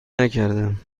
نکردم